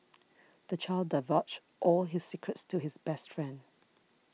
the child divulged all his secrets to his best friend